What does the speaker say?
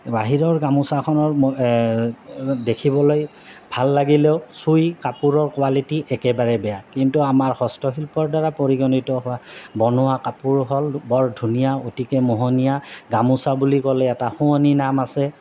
বাহিৰৰ গামোচাখনৰ দেখিবলৈ ভাল লাগিলেও চুই কাপোৰৰ কোৱালিটি একেবাৰে বেয়া কিন্তু আমাৰ হস্তশিল্পৰ দ্বাৰা পৰিগণিত হোৱা বনোৱা কাপোৰ হ'ল বৰ ধুনীয়া অতিকে মোহনীয়া গামোচা বুলি ক'লে এটা শুৱনি নাম আছে